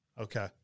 Okay